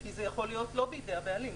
כי זה יכול להיות לא בידי הבעלים.